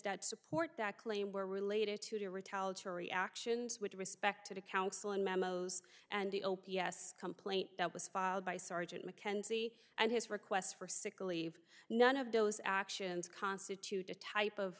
that support that claim were related to your retaliatory actions with respect to counsel and memos and the o p s complaint that was filed by sergeant mckenzie and his requests for sickleave none of those actions constitute a type of